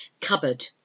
Cupboard